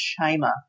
shamer